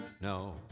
No